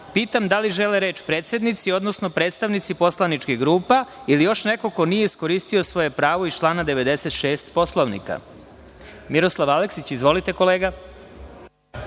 pitam da li žele reč predsednici, odnosno predstavnici poslaničkih grupa, ili još neko ko nije iskoristio svoje pravo iz člana 96. Poslovnika? Reč ima narodni poslanik Miroslav Aleksić. Izvolite, kolega.